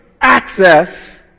access